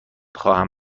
خواهم